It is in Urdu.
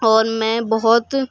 اور میں بہت